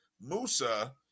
Musa